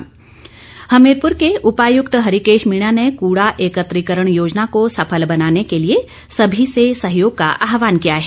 कडा एकत्रीकरण हमीरपुर के उपायुक्त हरिकेश मीणा ने कूड़ा एकत्रिकरण योजना को सफल बनाने के लिए सभी से सहयोग का आहवान किया है